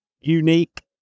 unique